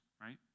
right